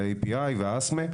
ה- API ו- ASMEI,